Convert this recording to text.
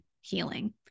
healing